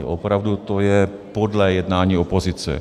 Opravdu, to je podlé jednání opozice.